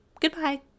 goodbye